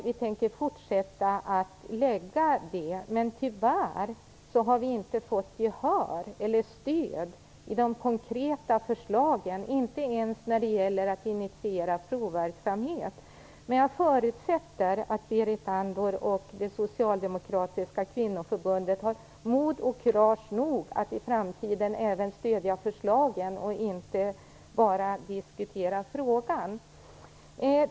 Vi tänker fortsätta att lägga fram förslag, men tyvärr så har vi inte fått stöd i de konkreta förslagen, inte ens när det gäller att initiera provverksamhet. Men jag förutsätter att Berit Andnor det socialdemokratiska kvinnoförbundet har mod och kurage nog att stödja förslagen i stället för att bara diskutera frågan.